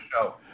show